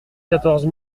quatorze